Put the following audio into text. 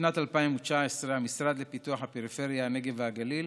בשנת 2019 המשרד לפיתוח הפריפריה, הנגב והגליל